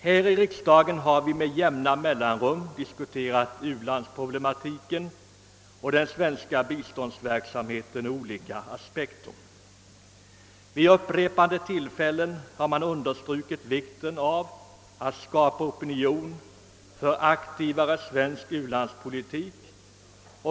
Här i riksdagen har vi med jämna mellanrum diskuterat u-landsproblematiken och den svenska biståndsverksamheten ur olika aspekter. Vid upprepade tillfällen har man understrukit vikten av att skapa opinion för aktivare svensk u-landshjälp.